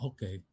Okay